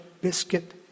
biscuit